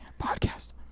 podcast